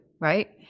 right